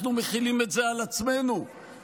אנחנו מחילים את זה על עצמנו בחוק